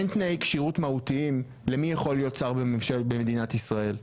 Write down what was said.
אין תנאי כשירות מהותיים למי יכול להיות שר במדינת ישראל.